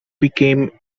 became